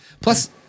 Plus